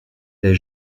les